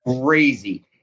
crazy